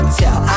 tell